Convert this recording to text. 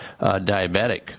diabetic